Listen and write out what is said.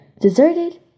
deserted